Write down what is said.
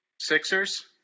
Sixers